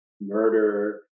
murder